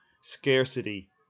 scarcity